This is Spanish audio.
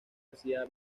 hacía